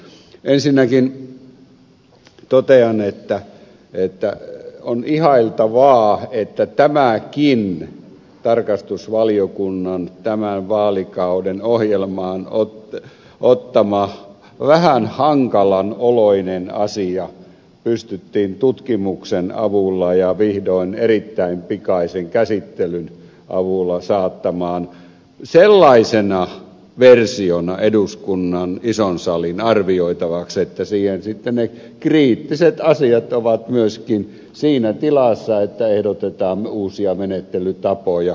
ensinnäkin totean että on ihailtavaa että tämäkin tarkastusvaliokunnan tämän vaalikauden ohjelmaan ottama vähän hankalan oloinen asia pystyttiin tutkimuksen avulla ja vihdoin erittäin pikaisen käsittelyn avulla saattamaan sellaisena versiona eduskunnan ison salin arvioitavaksi että ne kriittiset asiat ovat myöskin siinä tilassa että ehdotetaan uusia menettelytapoja